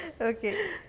Okay